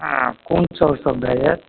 हँ कोन चाउर सब भऽ जायत